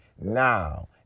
now